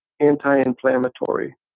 anti-inflammatory